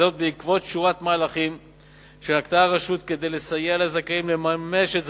וזאת בעקבות שורת מהלכים שנקטה הרשות כדי לסייע לזכאים לממש את זכותם.